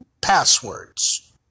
passwords